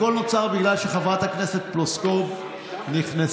הכול נוצר בגלל שחברת הכנסת פלוסקוב נכנסה,